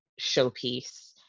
showpiece